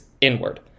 inward